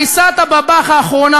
הריסת הבב"ח האחרונה,